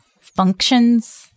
functions